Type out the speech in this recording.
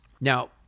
Now